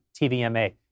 TVMA